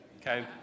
okay